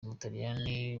umutaliyani